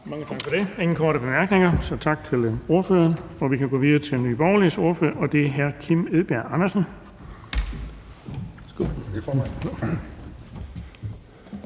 Mange tak for det. Der er ingen korte bemærkninger, så tak til ordføreren. Vi kan gå videre til Nye Borgerliges ordfører, og det er hr. Kim Edberg Andersen.